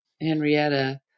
Henrietta